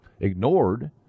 ignored